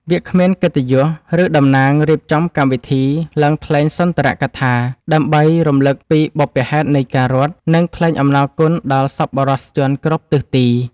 វាគ្មិនកិត្តិយស ឬតំណាងរៀបចំកម្មវិធីឡើងថ្លែងសុន្ទរកថា ដើម្បីរំលឹកពីបុព្វហេតុនៃការរត់ និងថ្លែងអំណរគុណដល់សប្បុរសជនគ្រប់ទិសទី។